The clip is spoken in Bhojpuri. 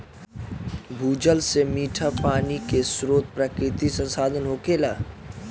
भूजल से मीठ पानी के स्रोत प्राकृतिक संसाधन होखेला